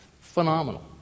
phenomenal